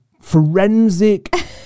forensic